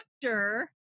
doctor